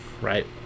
right